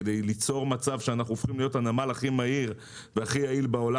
כדי ליצור מצב שאנחנו הופכים להיות הנמל הכי מהיר והכי יעיל בעולם.